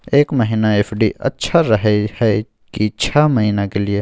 एक महीना एफ.डी अच्छा रहय हय की छः महीना के लिए?